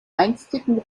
einstigen